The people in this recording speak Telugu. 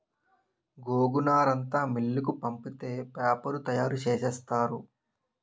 గోగునారంతా మిల్లుకు పంపితే పేపరు తయారు సేసేత్తారు